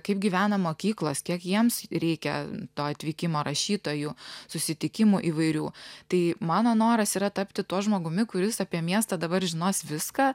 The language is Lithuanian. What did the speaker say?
kaip gyvena mokyklos kiek jiems reikia to atvykimo rašytojų susitikimų įvairių tai mano noras yra tapti tuo žmogumi kuris apie miestą dabar žinos viską